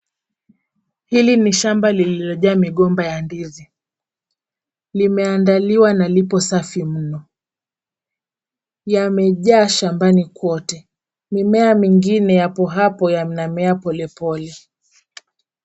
Hili ni shamba lilojaa migomba ya ndizi. Limeandaliwa na lipo safi mno, yamejaa shambani kwote na mimea mingine iko hapo inamea polepole.